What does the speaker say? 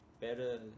Better